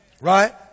Right